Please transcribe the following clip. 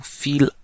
feel